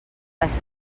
les